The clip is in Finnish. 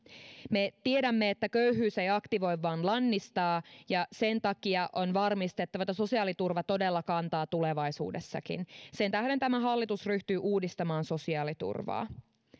me tiedämme että köyhyys ei aktivoi vaan lannistaa ja sen takia on varmistettava että sosiaaliturva todella kantaa tulevaisuudessakin sen tähden tämä hallitus ryhtyy uudistamaan sosiaaliturvaa